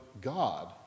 God